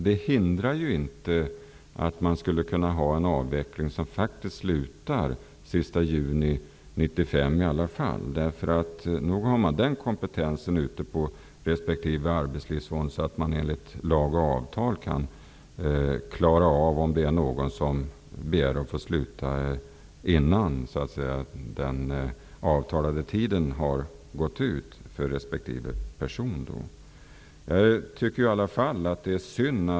Det hindrar ju inte en avveckling som faktiskt slutar den 30 juni 1995 i alla fall. Nog har man den kompetensen ute på respektive arbetslivsfond att man enligt lag och avtal kan klara av det om någon begär att få sluta innan den avtalade tiden har gått ut.